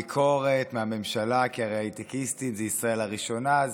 ביקורת מהממשלה כי הרי הייטקיסטים זה ישראל הראשונה,